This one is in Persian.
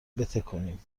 بتکونیم